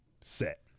set